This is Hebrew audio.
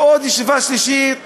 ועוד ישיבה שלישית,